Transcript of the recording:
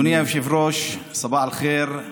אדוני היושב-ראש, סבאח אל-חי'ר.